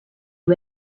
you